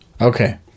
Okay